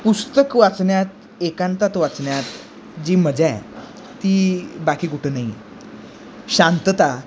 पुस्तक वाचण्यात एकांतात वाचण्यात जी मजा आहे ती बाकी कुठं नाही आहे शांतता